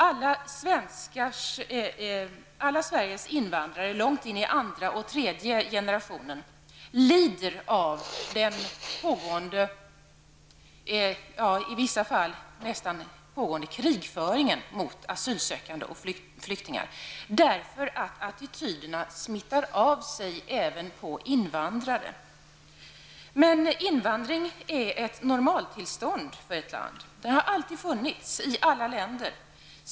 Alla Sveriges invandrare långt in i andra och tredje generationen lider av den pågående krigföringen -- i vissa fall är det faktiskt fråga om det -- mot asylsökande och flyktingar därför att attityderna smittar av sig även på invandrare. Men invandring är ett normalt tillstånd för ett land. Invandring har alltid funnits i alla länder.